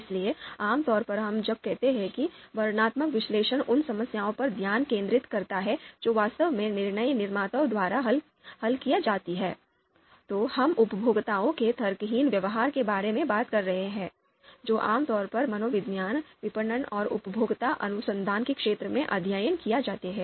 इसलिए आमतौर पर जब हम कहते हैं कि वर्णनात्मक विश्लेषण उन समस्याओं पर ध्यान केंद्रित करता है जो वास्तव में निर्णय निर्माताओं द्वारा हल की जाती हैं तो हम उपभोक्ताओं के तर्कहीन व्यवहार के बारे में बात कर रहे हैं जो आमतौर पर मनोविज्ञान विपणन और उपभोक्ता अनुसंधान के क्षेत्र में अध्ययन किए जाते हैं